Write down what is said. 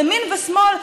ימין ושמאל,